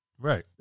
Right